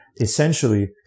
essentially